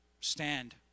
stand